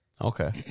Okay